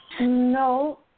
No